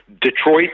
Detroit